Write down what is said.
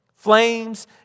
Flames